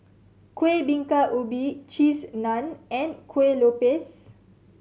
Kuih Bingka Ubi Cheese Naan and kue lupis